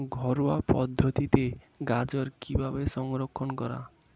ঘরোয়া পদ্ধতিতে গাজর কিভাবে সংরক্ষণ করা?